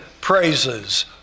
praises